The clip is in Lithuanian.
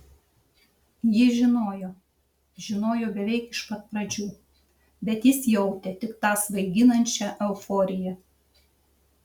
ji žinojo žinojo beveik iš pat pradžių bet jis jautė tik tą svaiginančią euforiją